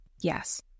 Yes